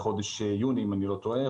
בחודש יוני או יולי, אם אני לא טועה.